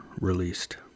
released